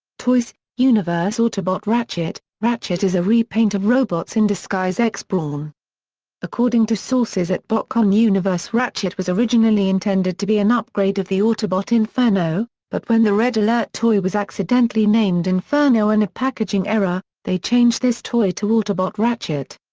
toys universe autobot ratchet ratchet is a repaint of robots in disguise x-brawn. according to sources at botcon universe ratchet was originally intended to be an upgrade of the autobot inferno, but when the red alert toy was accidentally named inferno in a packaging error, they changed this toy to autobot ratchet.